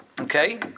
okay